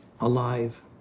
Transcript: alive